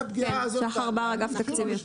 שחר בר, אגף תקציבים.